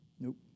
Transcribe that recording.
Nope